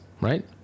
right